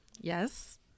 Yes